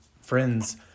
friends